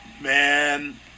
Man